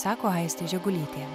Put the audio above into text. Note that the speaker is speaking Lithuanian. sako aistė žegulytė